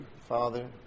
Father